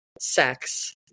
sex